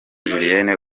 julienne